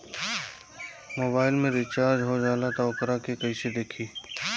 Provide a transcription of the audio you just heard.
Mobile में recharge हो जाला त वोकरा के कइसे देखी?